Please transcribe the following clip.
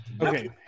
okay